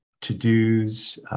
to-dos